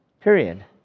Period